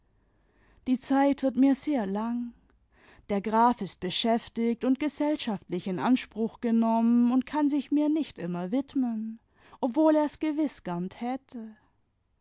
die zeit wird mir sehr lang der graf ist beschäftigt und gesellschaftlich in anspruch genommen und kann sich mir nicht immer widmen obwohl er's gewiß gern täte